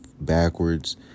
backwards